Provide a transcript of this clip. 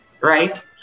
right